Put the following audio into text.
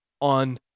on